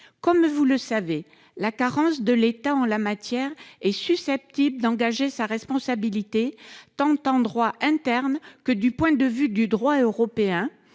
Comme vous le savez, la carence de l'État en la matière est susceptible d'engager sa responsabilité, tant en droit interne que du point de vue du droit européen.